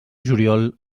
juliol